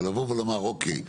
ולבוא ולומר אוקיי,